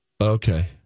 Okay